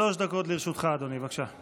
שלוש דקות לרשותך, אדוני, בבקשה.